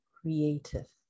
creative